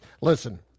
Listen